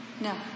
No